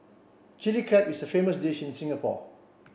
Chilli Crab is a famous dish in Singapore